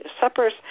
suppers